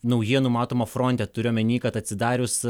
naujienų matoma fronte turiu omeny kad atsidarius